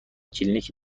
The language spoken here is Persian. کلینیک